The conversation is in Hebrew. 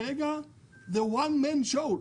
כרגע זה One man show.